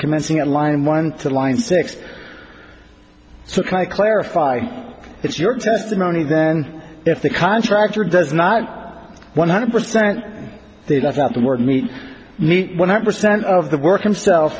commencing on line one to line six so clarify it's your testimony then if the contractor does not one hundred percent that's not the word meet meet when i percent of the work himself